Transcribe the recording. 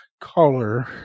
color